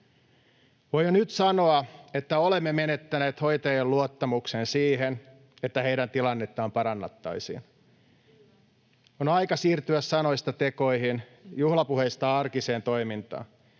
Voi jo nyt sanoa, että olemme menettäneet hoitajien luottamuksen siihen, että heidän tilannettaan parannettaisiin. [Arja Juvonen: Kyllä!] On aika siirtyä sanoista tekoihin, juhlapuheista arkiseen toimintaan.